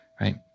right